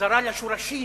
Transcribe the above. חזרה לשורשים.